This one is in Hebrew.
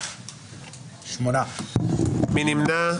מי נמנע?